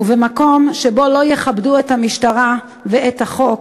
ובמקום שבו לא יכבדו את המשטרה ואת החוק,